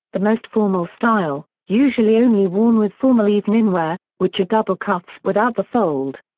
the most formal style, usually only worn with formal eveningwear, which are double cuffs without the fold.